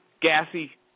Gassy